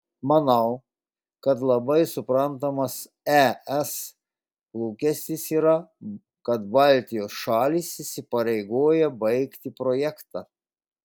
manau kad labai suprantamas es lūkestis yra kad baltijos šalys įsipareigoja baigti projektą